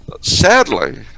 sadly